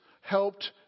helped